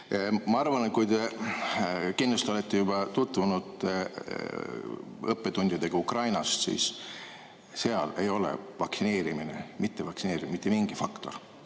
Ma arvan, et te kindlasti olete juba tutvunud õppetundidega Ukrainast, ja seal ei ole vaktsineerimine ja mittevaktsineerimine mitte mingi faktor.